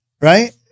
right